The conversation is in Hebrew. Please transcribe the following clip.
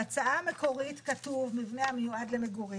בהצעה המקורית כתוב מבנה המיועד למגורים